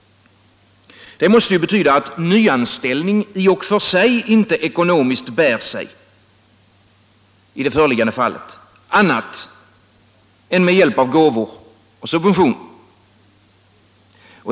Det måste betyda att nyanställning i det föreliggande fallet i och för sig inte ekonomiskt bär sig annat än med hjälp av gåvor och subventioner.